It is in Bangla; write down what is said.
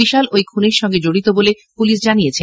বিশাল ওই খুনের সঙ্গে জড়িত বলে পুলিশ জানিয়েছে